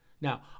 now